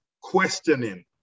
questioning